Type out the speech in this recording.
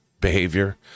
behavior